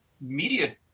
media